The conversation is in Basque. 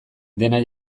dena